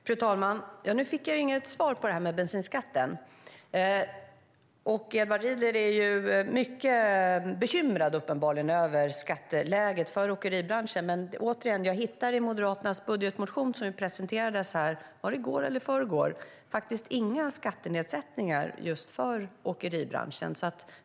Fru talman! Nu fick jag inget svar om bensinskatten. Edward Riedl är uppenbarligen mycket bekymrad över skatteläget för åkeribranschen. Men återigen: I Moderaternas budgetmotion som presenterades i går eller om det nu var i förrgår hittar jag inga skattenedsättningar just för åkeribranschen.